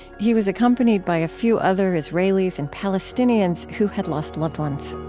he was accompanied by a few other israelis and palestinians who had lost loved ones